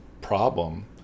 problem